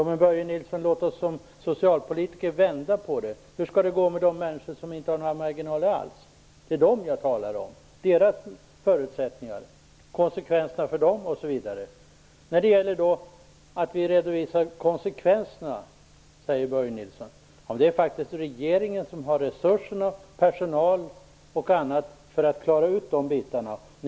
Men låt oss som socialpolitiker vända på det. Hur skall det gå med de människor som inte har några marginaler alls? Det är dem jag talar om, deras förutsättningar och konsekvenserna för dem. Vi skall redovisa konsekvenserna, sade Börje Nilsson. Men det är faktiskt regeringen som har resurser, personal och annat för att klara av de bitarna.